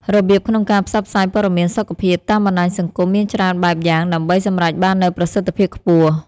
របៀបក្នុងការផ្សព្វផ្សាយព័ត៌មានសុខភាពតាមបណ្តាញសង្គមមានច្រើនបែបយ៉ាងដើម្បីសម្រេចបាននូវប្រសិទ្ធភាពខ្ពស់។